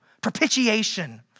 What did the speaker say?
propitiation